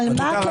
תודה רבה.